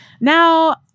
Now